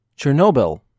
Chernobyl